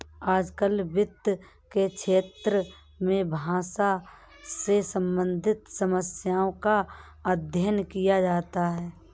आजकल वित्त के क्षेत्र में भाषा से सम्बन्धित समस्याओं का अध्ययन किया जाता है